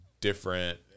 different